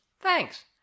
Thanks